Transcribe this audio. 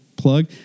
plug